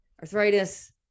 arthritis